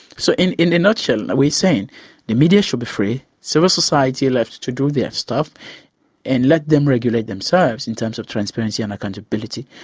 so in in a nutshell, we're saying the media should be free, civil society left to do their stuff and let them regulate themselves in terms of transparency and accountability.